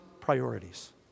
priorities